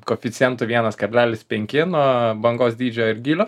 koeficientu vienas kablelis penki nuo bangos dydžio ir gylio